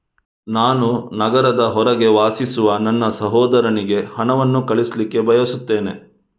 ನಾನು ನಗರದ ಹೊರಗೆ ವಾಸಿಸುವ ನನ್ನ ಸಹೋದರನಿಗೆ ಹಣವನ್ನು ಕಳಿಸ್ಲಿಕ್ಕೆ ಬಯಸ್ತೆನೆ